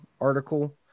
article